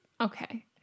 Okay